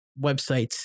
websites